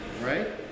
right